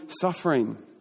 suffering